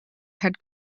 had